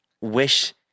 wish